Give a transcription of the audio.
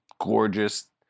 gorgeous